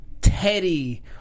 Teddy